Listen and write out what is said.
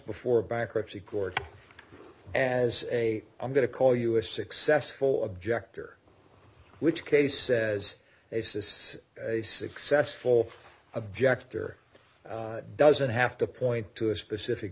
before a bankruptcy court and as a i'm going to call you a successful objector which case says basis a successful objector doesn't have to point to a specific